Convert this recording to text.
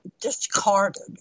discarded